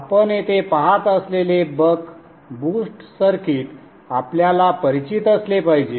आपण येथे पहात असलेले बक बूस्ट सर्किट आपल्याला परिचित असले पाहिजे